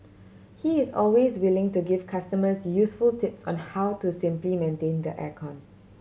he is always willing to give customers useful tips on how to simply maintain the air con